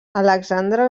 alexandre